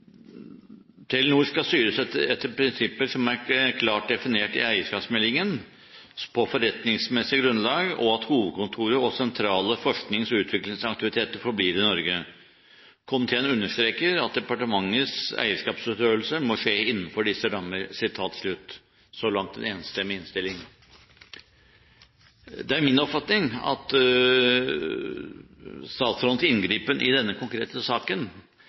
Telenor skal styres etter prinsipper som er klart definert i eierskapsmeldingen, på forretningsmessig grunnlag, og at hovedkontoret og sentrale forsknings- og utviklingsaktiviteter forblir i Norge. Komiteen sier: «Komiteen understreker at departementets eierskapsutøvelse må skje innenfor disse rammer.» Så langt en enstemmig innstilling. Det er min oppfatning at statsrådens inngripen i denne konkrete saken